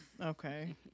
Okay